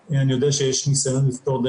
ויעידו ארגונים שפונים אלינו עם טפסים של תושבים.